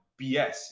BS